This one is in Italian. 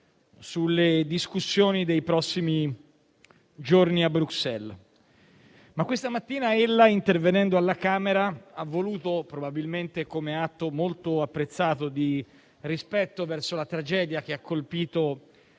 sulle discussioni dei prossimi giorni a Bruxelles, ma questa mattina ella, intervenendo alla Camera, ha voluto - probabilmente come atto molto apprezzato di rispetto verso la tragedia che ha colpito